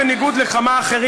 בניגוד לכמה אחרים,